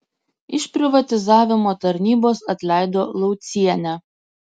iš privatizavimo tarnybos atleido laucienę